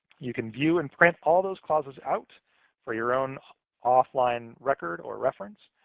you can view and print all those clauses out for your own off-line record or reference.